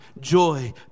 joy